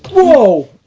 oh,